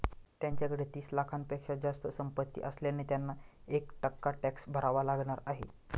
त्यांच्याकडे तीस लाखांपेक्षा जास्त संपत्ती असल्याने त्यांना एक टक्का टॅक्स भरावा लागणार आहे